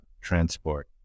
transport